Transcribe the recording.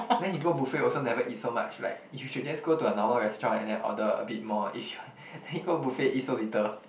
then he go buffet also never eat so much like you should just go to a normal restaurant and then order a bit more if you then he go buffet eat so little